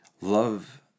love